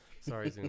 sorry